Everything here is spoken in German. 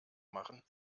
machen